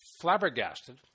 flabbergasted